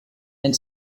and